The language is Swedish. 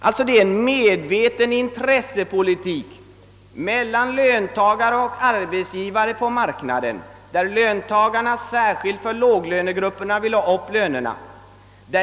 Det råder alltså en intressekonflikt mellan löntagare och arbetsgivare; löntagarna, särskilt inom låglönegrupperna, vill givetvis höja lönerna.